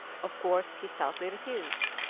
of course he stoutly refused.